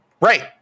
Right